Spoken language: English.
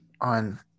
on